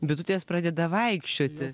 bitutės pradeda vaikščioti